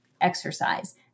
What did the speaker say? exercise